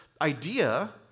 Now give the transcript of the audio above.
idea